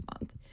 month